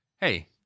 Hey